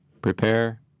prepare